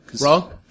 Wrong